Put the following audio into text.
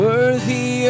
Worthy